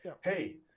hey